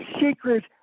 Secret